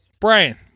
Brian